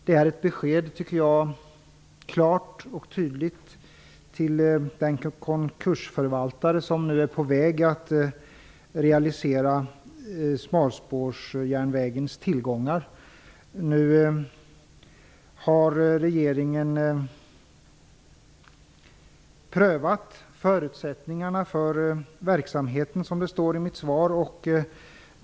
Det är ett klart och tydligt besked till den konkursförvaltare som nu är på väg att realisera smalspårsjärnvägens tillgångar. Regeringen har prövat förutsättningarna för verksamheten, som det står i svaret.